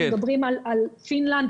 הן פינלנד,